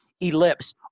ellipse